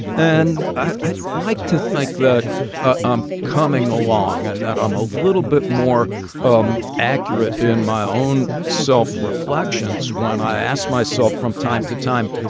and i like to think that ah um coming along and that i'm a little bit more um accurate in my own self reflections when i ask myself from time to time,